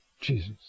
Jesus